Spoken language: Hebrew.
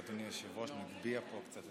אדוני היושב-ראש, כנסת נכבדה,